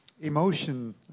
emotion